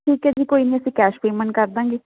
ਠੀਕ ਹੈ ਜੀ ਕੋਈ ਨਹੀਂ ਅਸੀਂ ਕੈਸ਼ ਪੇਮੈਂਟ ਕਰ ਦਾਂਗੇ